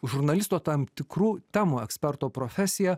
žurnalisto tam tikrų temų eksperto profesija